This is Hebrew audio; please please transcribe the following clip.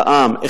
לעם,